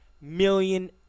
million